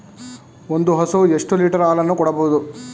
ಒಂದು ಹಸು ಎಷ್ಟು ಲೀಟರ್ ಹಾಲನ್ನು ಕೊಡಬಹುದು?